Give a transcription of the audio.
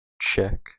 check